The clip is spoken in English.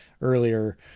earlier